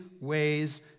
ways